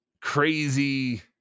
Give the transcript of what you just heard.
crazy